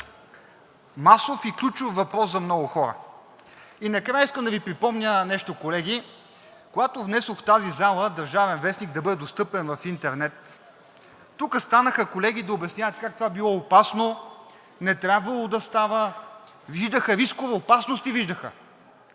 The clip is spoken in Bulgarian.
масов и ключов въпрос за много хора. И накрая искам да Ви припомня нещо, колеги. Когато внесох в тази зала „Държавен вестник“ да бъде достъпен в интернет, тук станаха колеги да обясняват как това било опасно, не трябвало да става, виждаха рискове, опасности виждаха,